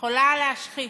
יכולה להשחית,